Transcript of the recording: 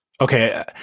okay